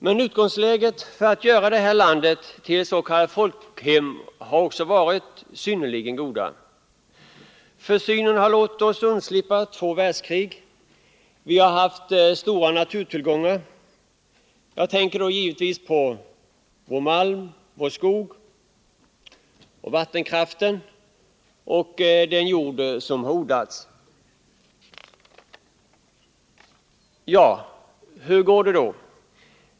Men utgångsläget för att göra detta land till ett s.k. folkhem har också varit synnerligen gott. Försynen har låtit oss undslippa två världskrig. Vi har haft stora naturtillgångar. Jag tänker då givetvis på malm, skog, vattenkraft och den jord som har odlats. Hur går det då?